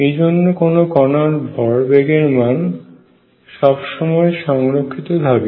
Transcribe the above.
এই জন্য কোন কণার ভর বেগের মান সব সময় সংরক্ষিত থাকে